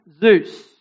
Zeus